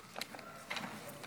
להצבעה להוסיף,